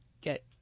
get